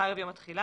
ערב יום התחילה,